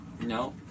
No